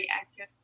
active